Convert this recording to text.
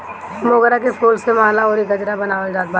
मोगरा के फूल से माला अउरी गजरा बनावल जात बाटे